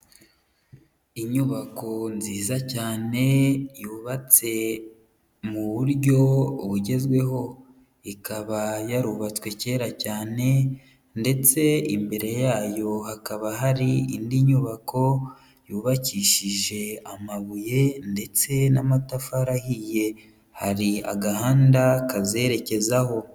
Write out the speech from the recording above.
Inyubako nziza cyane yubatse mu buryo bugezweho, ikaba yarubatswe kera cyane, ndetse imbere yayo hakaba hari indi nyubako yubakishije amabuye ndetse n'amatafari ahiye, hari agahanda kazerekezaho.